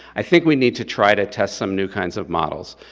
i think we need to try to test some new kinds of models.